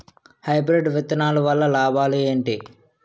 Hybrid విత్తనాలు వల్ల లాభాలు ఏంటి?